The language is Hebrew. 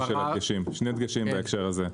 שני דגשים בהקשר הזה: